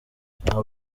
nta